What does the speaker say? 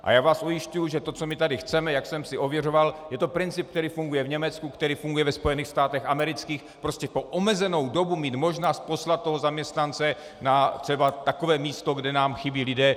A já vás ujišťuji, že to, co my tady chceme, jak jsem si ověřoval, je to princip, který funguje v Německu, který funguje ve Spojených státech amerických, prostě po omezenou dobu mít možnost poslat zaměstnance na třeba takové místo, kde nám chybí lidé.